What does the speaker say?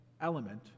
element